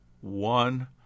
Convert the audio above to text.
one